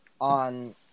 on